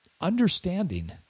understanding